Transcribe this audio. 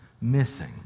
missing